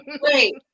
Wait